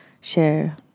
share